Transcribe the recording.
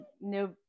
no